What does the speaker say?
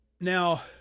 now